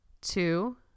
two